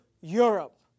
Europe